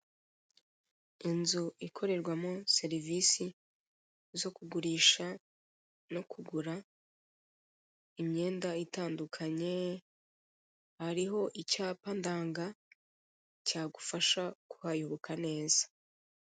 Inzu ikorerwamo serivise zo kugurisha no kugura imyenda itandukanye hariho icyapa ndanga cyagufasha kuhayoboka neza.